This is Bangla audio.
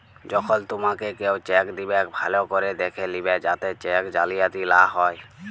যখল তুমাকে কেও চ্যাক দিবেক ভাল্য ক্যরে দ্যাখে লিবে যাতে চ্যাক জালিয়াতি লা হ্যয়